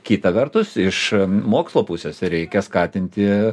kita vertus iš mokslo pusės reikia skatinti